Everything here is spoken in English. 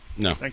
No